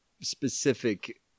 specific